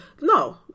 No